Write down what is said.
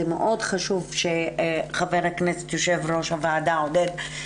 זה מאוד חשוב שח"כ יו"ר הוועדה עודד פורר